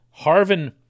Harvin